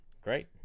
Great